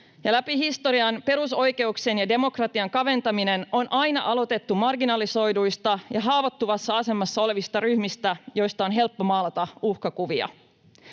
läpi historian perusoikeuksien ja demokratian kaventaminen on aina aloitettu marginalisoiduista ja haavoittuvassa asemassa olevista ryhmistä, joista on helppo maalata uhkakuvia.